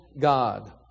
God